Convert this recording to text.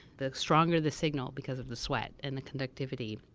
the stronger the signal because of the sweat and the conductivity,